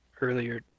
earlier